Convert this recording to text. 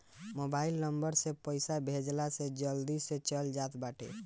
mobile number से पईसा भेजला से जल्दी से चल जात बाटे